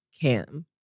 Cam